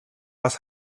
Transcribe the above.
бас